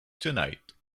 tonight